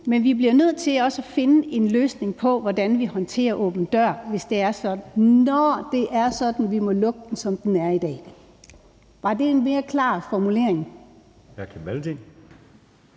men vi bliver nødt til også at finde en løsning på, hvordan vi håndterer åben dør, når det er sådan, at vi må lukke den, som den er i dag. Var det en mere klar formulering?